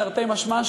תרתי משמע,